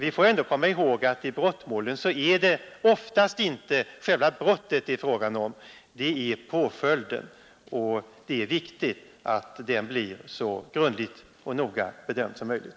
Vi skall ändå komma ihåg att i brottmål är det oftast inte själva brottet det gäller, utan påföljden, och det är viktigt att den saken blir så grundligt bedömd som möjligt.